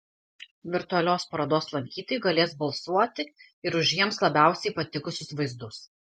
virtualios parodos lankytojai galės balsuoti ir už jiems labiausiai patikusius vaizdus